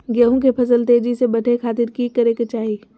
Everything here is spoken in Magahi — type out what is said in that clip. गेहूं के फसल तेजी से बढ़े खातिर की करके चाहि?